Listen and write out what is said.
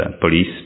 police